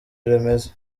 rimeze